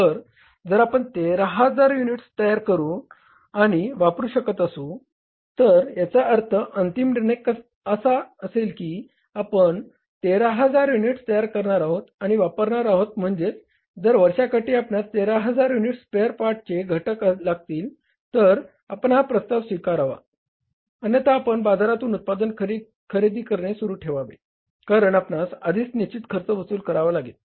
तर जर आपण 13000 युनिट्स तयार आणि वापरु शकत असू तर याचा अर्थ अंतिम निर्णय असा असेल की आपण 13000 युनिट्स तयार करणार आहोत आणि वापरणार आहोत म्हणेजच जर वर्षाकाठी आपणास 13000 युनिट्स स्पेयर पार्टचे घटक लागतील तरच आपण हा प्रस्ताव स्वीकारावा अन्यथा आपण बाजारातून उत्पादन खरेदी करणे सुरू ठेवावे कारण आपणास आधी निश्चित खर्च वसूल करावा लागेल